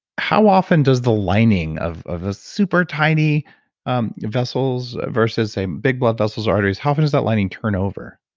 how often does the lining of those ah super tiny um vessels versus a big blood vessels or arteries, how often does that lining turn over?